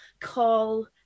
call